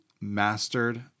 mastered